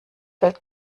fällt